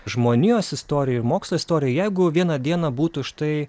žmonijos istorijoj ir mokslo istorijoj jeigu vieną dieną būtų štai